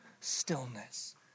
stillness